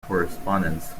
correspondence